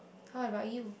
how about you